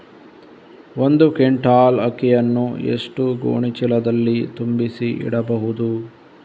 ಒಂದು ಕ್ವಿಂಟಾಲ್ ಅಕ್ಕಿಯನ್ನು ಎಷ್ಟು ಗೋಣಿಚೀಲದಲ್ಲಿ ತುಂಬಿಸಿ ಇಡಬಹುದು?